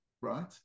Right